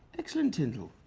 excellent, tindall.